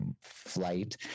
flight